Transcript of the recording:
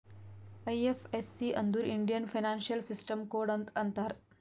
IFSC ಅಂದುರ್ Indian financial system code ಅಂತ್ ಅಂತಾರ್